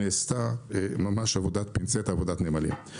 נעשתה, ממש עבודת פינצטה, עבודת נמלים.